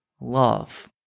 love